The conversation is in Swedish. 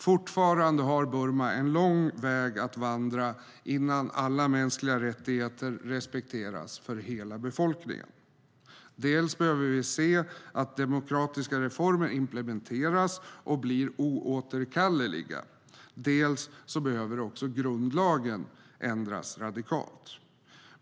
Fortfarande har Burma en lång väg att vandra innan alla mänskliga rättigheter respekteras för hela befolkningen. Dels behöver vi se att demokratiska reformer implementeras och blir oåterkalleliga, dels behöver också grundlagen ändras radikalt.